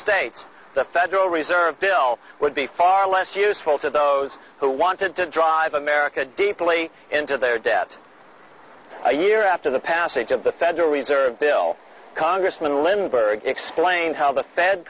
state the federal reserve bill would be far less useful to those who wanted to drive america deeply into their debt a year after the passage of the federal reserve bill congressman limbering explain how the fed